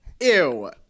Ew